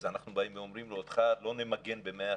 אז אנחנו באים ואומרים לו: אותך לא נמגן ב-100%?